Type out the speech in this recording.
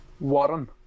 Warren